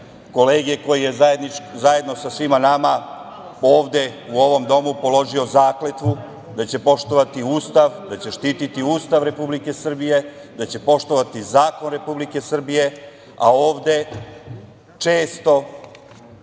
kolege koji je zajedno sa svima nama ovde, u ovom domu položio zakletvu da će poštovati Ustav, da će štititi Ustav Republike Srbije, da će poštovati zakon Republike Srbije, a ovde često,